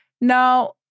Now